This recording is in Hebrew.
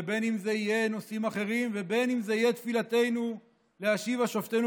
בין שזה יהיה נושאים אחרים ובין שזה יהיה תפילתנו להשיבה שופטינו